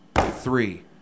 Three